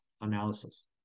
analysis